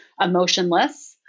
emotionless